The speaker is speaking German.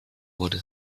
wurde